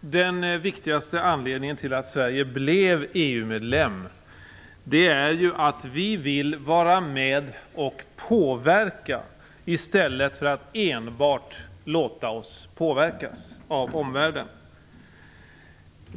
Den viktigaste anledningen till att Sverige blev medlem i EU är att vi vill vara med och påverka i stället för att enbart låta oss påverkas av omvärlden.